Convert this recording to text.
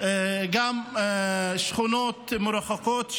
שכונות מרוחקות,